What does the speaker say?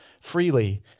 freely